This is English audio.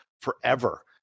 forever